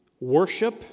Worship